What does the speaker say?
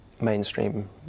mainstream